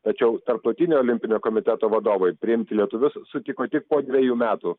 tačiau tarptautinio olimpinio komiteto vadovai priimti lietuvius sutiko tik po dvejų metų